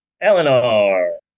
Eleanor